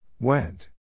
Went